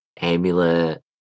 amulet